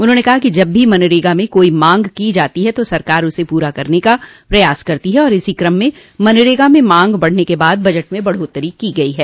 उन्होंने कहा कि जब भी मनरेगा में कोई मांग की जाती है तो सरकार उसे पूरा करने का प्रयास करती है और इसी क्रम में मनरेगा में मांग बढ़ने के बाद बजट में बढ़ोत्तरी की गई है